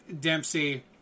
Dempsey